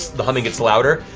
the humming gets louder,